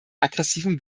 aggressiven